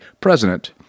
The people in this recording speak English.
president